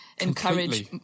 encourage